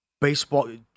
Baseball